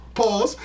pause